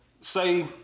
say